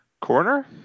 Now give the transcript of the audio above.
Corner